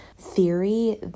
theory